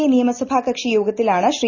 A ണിയുമസ്ഭാ കക്ഷിയോഗത്തിലാണ് ശ്രീ